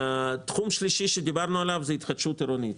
תחום שלישי שדיברנו עליו זה התחדשות עירונית.